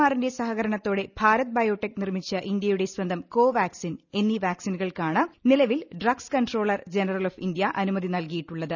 ആറിന്റെ സ്ഫുകരണത്തോടെ ് ഭാരത് ബയോടെക് നിർമ്മിച്ച ഇന്ത്യയുടെ ഏത്ത് ് കോവാക്സിൻ എന്നീ വാക്സിനുകൾക്കാണ് നിലവിൽ പ്രഡ്മ്സ് കൺട്രോളർ ജനറൽ ഓഫ് ഇന്ത്യ അനുമതി നൽകിയിട്ടു്ളളത്